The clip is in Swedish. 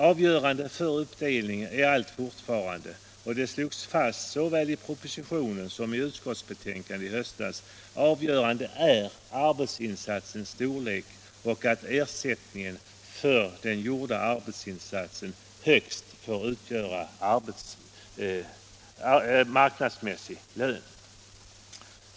Avgörande för uppdelningen är fortfarande — och det slogs fast såväl i propositionen som i utskottsbetänkandet i höstas — arbetsinsatsens storlek och att ersättningen för den gjorda arbetsinsatsen högst får utgöra marknadsmässig lön.